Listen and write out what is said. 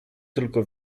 tylko